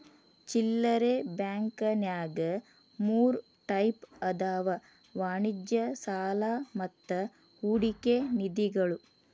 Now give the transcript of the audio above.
ಚಿಲ್ಲರೆ ಬಾಂಕಂನ್ಯಾಗ ಮೂರ್ ಟೈಪ್ ಅದಾವ ವಾಣಿಜ್ಯ ಸಾಲಾ ಮತ್ತ ಹೂಡಿಕೆ ನಿಧಿಗಳು